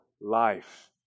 life